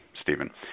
Stephen